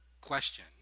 question